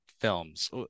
films